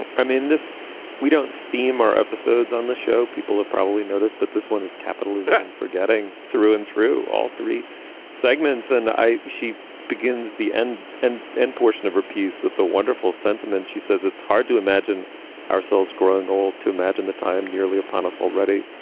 and i'm in this we dont themwere or episodes on the show. people would probably notice, but this one is capitalism forgetting through and through all three segments and i. she begins the end and end portion of repeats with the wonderful sentiments. she says it's hard to imagine ourselves growing old, to imagine the time nearly upon us already,